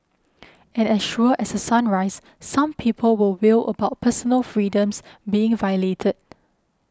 and as sure as a sunrise some people will wail about personal freedoms being violated